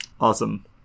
Awesome